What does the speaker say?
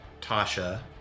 Tasha